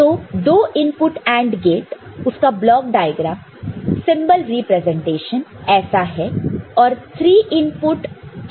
तो 2 input AND gate उसका block diagram symbol representation ऐसा है और 3 इनपुट के लिए ऐसा है